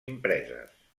impreses